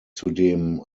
zudem